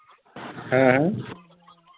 हाँ हाँ